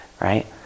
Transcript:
right